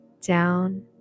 down